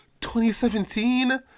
2017